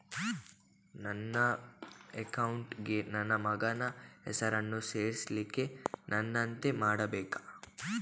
ನನ್ನ ಅಕೌಂಟ್ ಗೆ ನನ್ನ ಮಗನ ಹೆಸರನ್ನು ಸೇರಿಸ್ಲಿಕ್ಕೆ ನಾನೆಂತ ಮಾಡಬೇಕು?